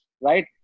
right